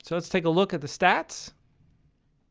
so let's take a look at the stats